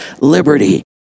liberty